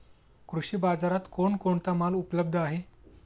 कृषी बाजारात कोण कोणता माल उपलब्ध आहे?